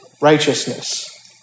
righteousness